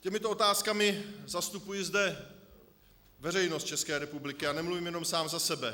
Těmito otázkami zastupuji zde veřejnost České republiky a nemluvím jenom sám za sebe.